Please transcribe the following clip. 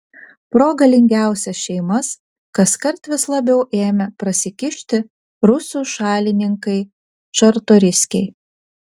pro galingiausias šeimas kaskart vis labiau ėmė prasikišti rusų šalininkai čartoriskiai